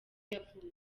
yavutse